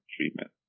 treatment